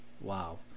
Wow